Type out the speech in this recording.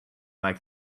like